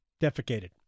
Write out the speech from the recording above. defecated